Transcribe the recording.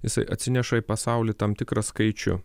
jisai atsineša į pasaulį tam tikrą skaičių